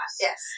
Yes